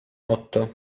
otto